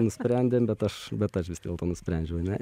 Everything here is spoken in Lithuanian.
nusprendėm bet aš bet aš vis dėlto nusprendžiau ane